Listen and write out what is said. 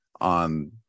on